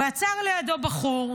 עצר לידו בחור,